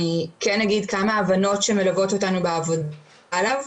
אני כן אגיד כמה הבנות שמלוות אותנו בעבודה עליו.